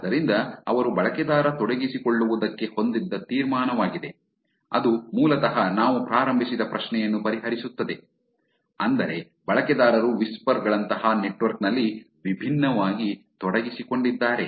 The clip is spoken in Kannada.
ಆದ್ದರಿಂದ ಅವರು ಬಳಕೆದಾರ ತೊಡಗಿಸಿಕೊಳ್ಳುವುದಕ್ಕೆ ಹೊಂದಿದ್ದ ತೀರ್ಮಾನವಾಗಿದೆ ಅದು ಮೂಲತಃ ನಾವು ಪ್ರಾರಂಭಿಸಿದ ಪ್ರಶ್ನೆಯನ್ನು ಪರಿಹರಿಸುತ್ತದೆ ಅಂದರೆ ಬಳಕೆದಾರರು ವಿಸ್ಪರ್ ಗಳಂತಹ ನೆಟ್ವರ್ಕ್ ನಲ್ಲಿ ವಿಭಿನ್ನವಾಗಿ ತೊಡಗಿಸಿಕೊಂಡಿದ್ದಾರೆ